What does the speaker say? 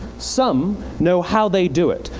some know how they do it,